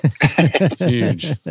Huge